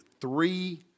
three